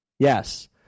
Yes